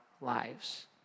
lives